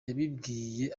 yabibwiye